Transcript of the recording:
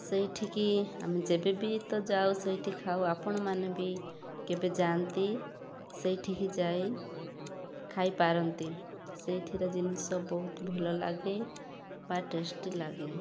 ସେଇଠି କି ଆମେ ଯେବେ ବି ତ ଯାଉ ସେଇଠି ଖାଉ ଆପଣମାନେ ବି କେବେ ଯାଆନ୍ତି ସେଇଠି କି ଯାଇ ଖାଇ ପାରନ୍ତି ସେଇଠିର ଜିନିଷ ବହୁତ ଭଲ ଲାଗେ ବା ଟେଷ୍ଟି ଲାଗେ